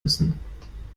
müssen